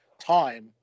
time